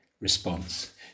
Response